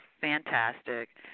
fantastic